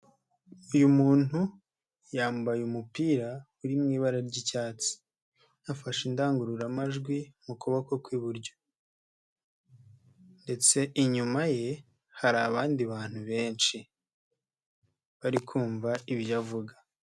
Uyu muntu, yambaye umupira uri mu ibara ry'icyatsi, afashe indangururamajwi mu kububo kw'iburyo. Ndetse inyuma ye hari abandi bantu benshi, barikumva ibyo avuga.